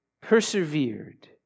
persevered